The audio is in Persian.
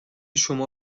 شما